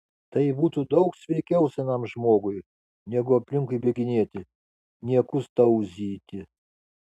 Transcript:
tai būtų daug sveikiau senam žmogui negu aplinkui bėginėti niekus tauzyti